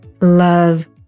love